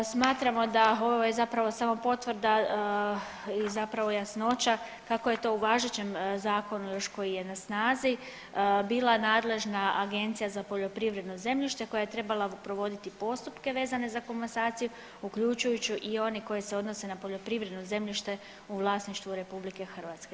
Smatramo da, ovo je zapravo samo potvrda i zapravo jasnoća kako je to u važećem zakonu još koji je na snazi bila nadležna Agencija za poljoprivredno zemljište koja je trebala provoditi postupke vezane za komasaciju uključujući i oni koji se odnose na poljoprivredno zemljište u vlasništvu RH.